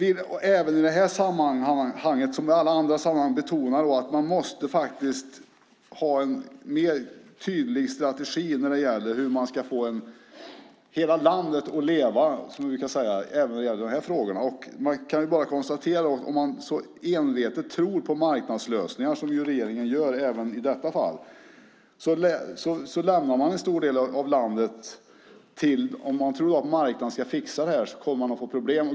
I det här sammanhanget som i alla andra sammanhang betonar vi att man måste ha en mer tydlig strategi för hur man ska få hela landet att leva, som vi brukar säga även när det gäller dessa frågor. Man kan bara konstatera att om man så envetet tror på marknadslösningar som regeringen gör även i detta fall lämnar man en stor del av landet. Om man tror att marknaden ska fixa detta kommer man att få problem.